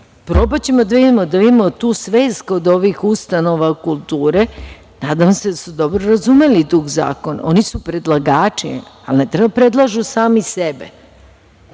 tome. Probaćemo da vidimo tu svest, kod ovih ustanova kulture, nadam se da su dobro razumeli duh zakon, oni su predlagači, ali ne treba da predlažu sami sebe